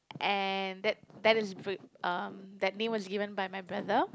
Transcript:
and that that is um that name was given by my brother